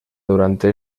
durante